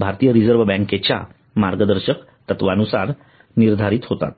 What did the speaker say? भारतीय रिझर्व्ह बँकेच्या मार्गदर्शक तत्त्वांनुसार निर्धारित होतात